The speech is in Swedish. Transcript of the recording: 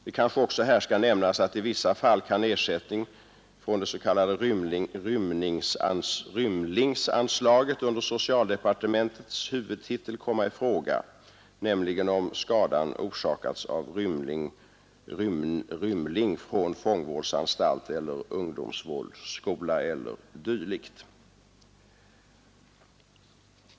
Det kanske också här skall nämnas att ersättning från det s.k. rymlingsanslaget under socialdepartementets huvudtitel i vissa fall kan komma i fråga, nämligen om skadan orsakats av rymling från fångvårdsanstalt, ungdomsvårdsskola eller dylikt.